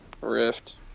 Rift